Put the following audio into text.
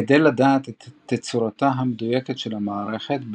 כדי לדעת את תצורתה המדויקת של המערכת,